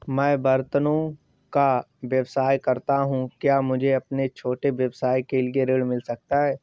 मैं बर्तनों का व्यवसाय करता हूँ क्या मुझे अपने छोटे व्यवसाय के लिए ऋण मिल सकता है?